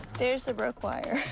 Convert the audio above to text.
there's the broke wire.